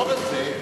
לא רק זה,